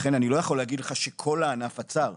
לכן אני לא יכול להגיד לך שכל הענף עצר,